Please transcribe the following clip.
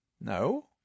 no